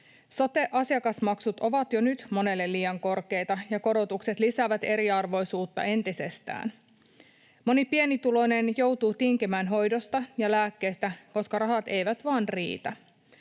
Sote-asiakasmaksut ovat jo nyt monelle liian korkeita, ja korotukset lisäävät eriarvoisuutta entisestään. Moni pienituloinen joutuu tinkimään hoidosta ja lääkkeistä, koska rahat eivät vaan riitä.